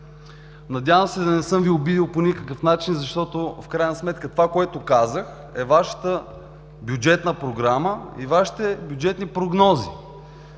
Надявам се да не съм Ви обидил по никакъв начин, защото в крайна сметка това, което казах, е Вашата бюджетна програма и Вашите бюджетни прогнози.